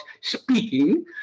speaking